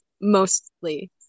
Mostly